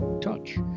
touch